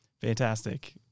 Fantastic